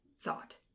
thought